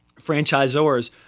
franchisors